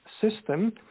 system